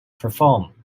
perform